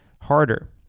harder